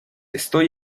estoy